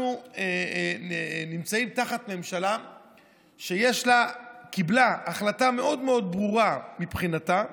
אנחנו נמצאים תחת ממשלה שקיבלה החלטה מאוד מאוד ברורה מבחינתה: